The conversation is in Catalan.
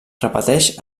repeteix